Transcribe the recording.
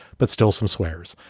but still some squares.